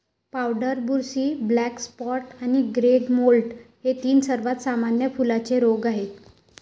powder बुरशी, black spot आणि grey mould हे तीन सर्वात सामान्य फुलांचे रोग आहेत